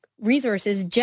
resources